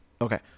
Okay